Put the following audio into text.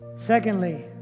Secondly